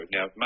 Now